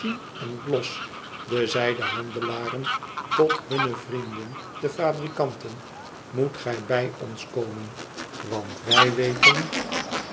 en gloss de zijdehandelaren tot hunne vrienden de fabrikanten moet gij bij ons komen want wij weten